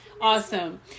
Awesome